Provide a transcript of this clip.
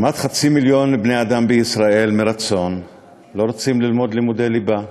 כמעט חצי מיליון בני אדם בישראל לא רוצים ללמוד לימודי ליבה,